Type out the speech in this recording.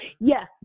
Yes